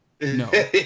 no